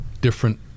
different